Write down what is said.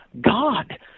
God